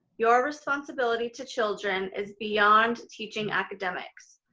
your responsibility to children is beyond teaching academics.